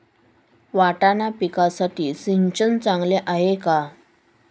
वाटाणा पिकासाठी सिंचन चांगले आहे का?